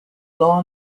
law